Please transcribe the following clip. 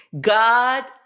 God